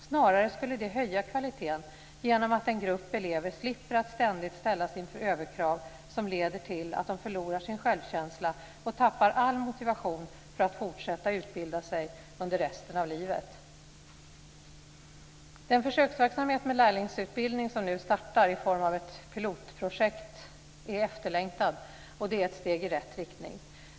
Snarare skulle det höja kvaliteten genom att en grupp elever slipper att ständigt ställas inför överkrav som leder till att de förlorar sin självkänsla och tappar all motivation för att fortsätta att utbilda sig under resten av livet. Den försöksverksamhet med lärlingsutbildning som nu startar i form av ett pilotprojekt är efterlängtad. Det är ett steg i rätt riktning.